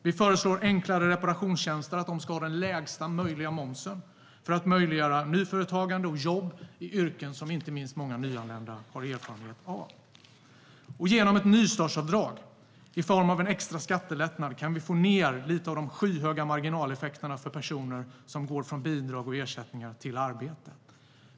Vi föreslår att enklare reparationstjänster ska ha den lägsta möjliga momsen för att möjliggöra nyföretagande och jobb i yrken som inte minst många nyanlända har erfarenhet av. Genom ett nystartsavdrag i form av en extra skattelättnad kan vi få ned lite av de skyhöga marginaleffekterna för personer som går från bidrag och ersättningar till arbete.